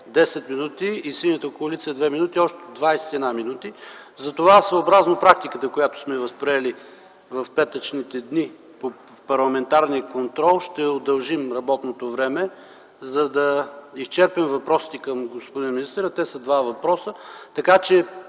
10 минути и Синята коалиция – 2 минути. Общо – 21 минути. Затова съобразно практиката, която сме възприели в петъчните дни в парламентарния контрол, ще удължим работното време, за да изчерпим въпросите към господин министъра – те са два. Продължаваме